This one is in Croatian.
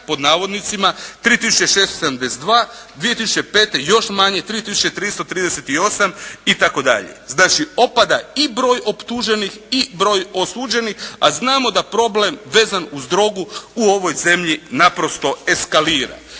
pod navodnicima, 3 tisuće 672, 2005. još manje 3 tisuće 338, itd. Znači opada i broj optuženih i broj osuđenih, a znamo da problem vezan uz drogu u ovoj zemlji naprosto eskalira.